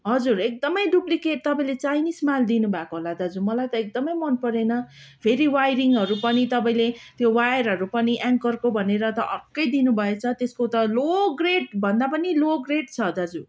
हजुर एकदमै डुप्लिकेट तपाईँले चाइनिस माल दिनुभएको होला दाजु मलाई ता एकदमै मनपरेन फेरि वाइरिङहरू पनि तपाईँले त्यो वायरहरू पनि एङ्करको भनेर त अर्कै दिनु भएछ त्यसको त लो ग्रेड भन्दा पनि लो ग्रेड छ दाजु